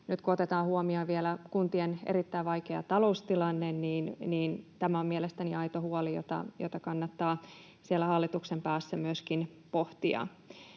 Nyt kun otetaan huomioon vielä kuntien erittäin vaikea taloustilanne, niin tämä on mielestäni aito huoli, jota kannattaa siellä hallituksen päässä myöskin pohtia.